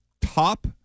top